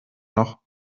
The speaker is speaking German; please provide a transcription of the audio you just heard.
noch